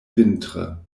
vintre